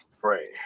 pray